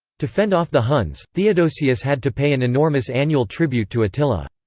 to fend off the huns, theodosius had to pay an enormous annual tribute to attila.